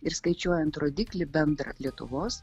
ir skaičiuojant rodiklį bendrą lietuvos